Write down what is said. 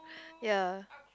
ya